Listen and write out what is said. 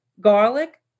garlic